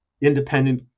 independent